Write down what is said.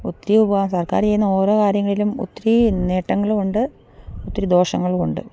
ഒത്തിരി ഉപ സർക്കാർ ചെയ്യുന്ന ഓരോ കാര്യങ്ങളിലും ഒത്തിരി നേട്ടങ്ങളും ഉണ്ട് ഒത്തിരി ദോഷങ്ങളും ഉണ്ട്